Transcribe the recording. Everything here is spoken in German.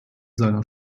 seiner